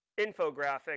infographic